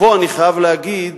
אני חייב להגיד